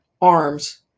arms